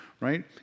right